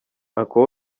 uncle